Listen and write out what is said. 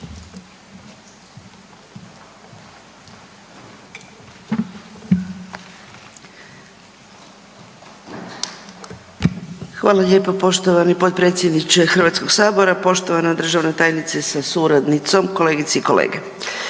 Hvala lijepo poštovani potpredsjedniče HS-a. Poštovana državna tajnice sa suradnicom, kolegice i kolege.